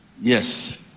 Yes